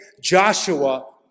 Joshua